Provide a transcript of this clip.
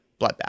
bloodbath